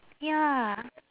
ya